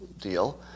deal